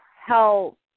help